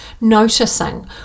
noticing